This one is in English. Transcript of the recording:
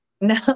no